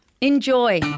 Enjoy